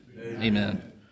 Amen